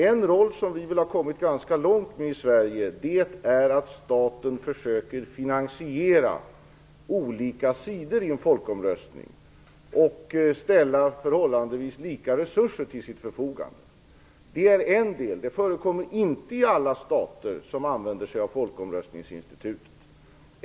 En roll där vi väl har kommit ganska långt i Sverige är att staten försöker finansiera olika sidor av en folkomröstning och ställa förhållandevis lika resurser till förfogande. Det är en del. Men detta förekommer inte i alla stater som använder sig av folkomröstningsinstitutet.